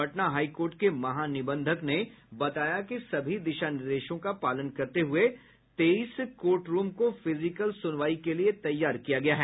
Patna high court के महानिबंधक ने बताया कि सभी दिशा निर्देशों का पालन करते हुए तेईस कोर्ट रूम को फिजिकल सुनवाई के लिए तैयार किया गया है